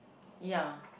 ya